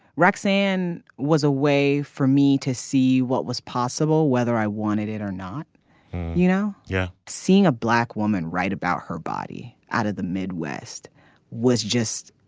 roxanne was a way for me to see what was possible whether i wanted it or not you know yeah seeing a black woman write about her body out of the midwest was just